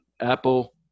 Apple